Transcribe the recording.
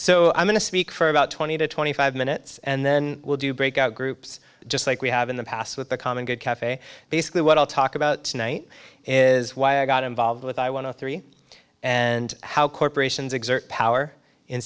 so i'm going to speak for about twenty to twenty five minutes and then we'll do breakout groups just like we have in the past with the common good caf basically what i'll talk about tonight is why i got involved with i want to three and how corporations exert power in